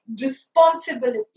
responsibility